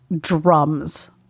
drums